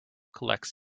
collects